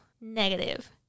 negative